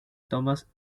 thomas